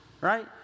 right